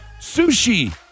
Sushi